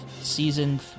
season